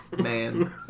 man